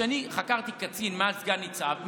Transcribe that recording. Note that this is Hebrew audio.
כשאני חקרתי קצין מעל סגן ניצב,